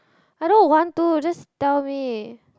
I don't want to just tell me